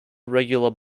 regular